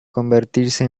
convertirse